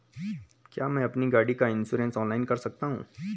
क्या मैं अपनी गाड़ी का इन्श्योरेंस ऑनलाइन कर सकता हूँ?